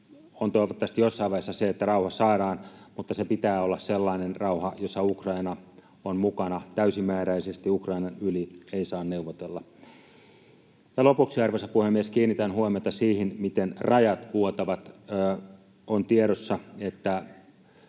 on toivottavasti jossain vaiheessa se, että rauha saadaan, mutta se pitää olla sellainen rauha, jossa Ukraina on mukana täysimääräisesti. Ukrainan yli ei saa neuvotella. Lopuksi, arvoisa puhemies, kiinnitän huomiota siihen, miten rajat vuotavat.